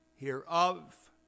hereof